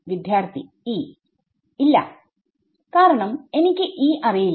വിദ്യാർത്ഥി E ഇല്ല കാരണം എനിക്ക് E അറിയില്ല